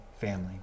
family